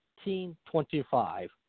1925